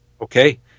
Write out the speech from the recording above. Okay